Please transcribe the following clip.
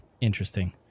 interesting